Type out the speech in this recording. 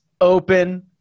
Open